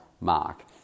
mark